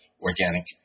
organic